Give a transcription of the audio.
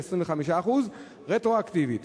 ל-25% רטרואקטיבית.